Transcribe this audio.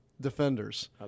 defenders